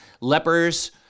lepers